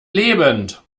lebend